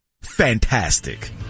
fantastic